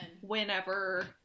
Whenever